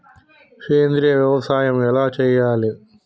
సేంద్రీయ వ్యవసాయం ఎలా చెయ్యాలే?